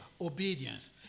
obedience